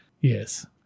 Yes